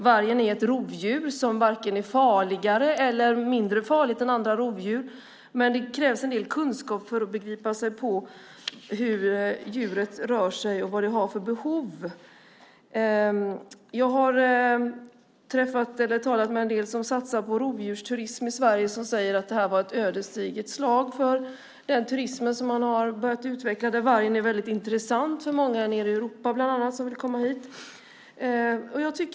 Vargen är ett rovdjur som varken är farligare eller mindre farligt än andra rovdjur, men det krävs en del kunskap för att begripa sig på hur djuret rör sig och vad det har för behov. Jag har talat med personer som satsar på rovdjursturism i Sverige. De säger att detta var ett ödesdigert slag för den turism man börjat utveckla. Vargen är mycket intressant för många i Europa som vill komma hit.